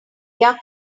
their